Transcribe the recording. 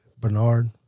Bernard